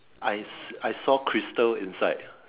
I I saw crystal inside